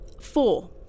four